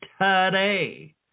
today